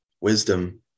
Wisdom